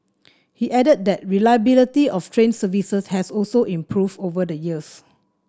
he added that reliability of train services has also improved over the years